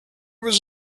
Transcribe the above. was